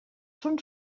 són